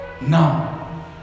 Now